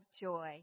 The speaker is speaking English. joy